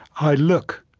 i look.